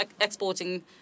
exporting